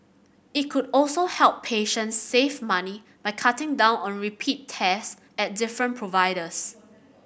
it could also help patients save money by cutting down on repeat test at different providers